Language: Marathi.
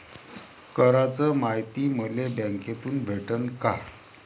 कराच मायती मले बँकेतून भेटन का?